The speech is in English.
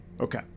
Okay